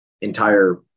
entire